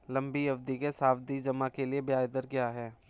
लंबी अवधि के सावधि जमा के लिए ब्याज दर क्या है?